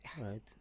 Right